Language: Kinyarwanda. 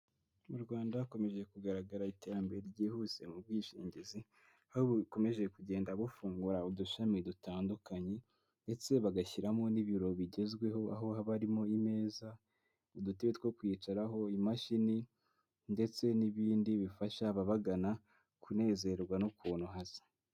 Mu Rwanda hakomeje kugaragara iterambere ryihuse mu bwishingizi aho bukomeje kugenda bufungura udushami dutandukanye ndetse bagashyiramo n'ibiro bigezweho aho habamo imeza udutebe two kwicaraho imashini ndetse n'ibindi bifasha ababagana kunezerwa n'ukuntu hasa.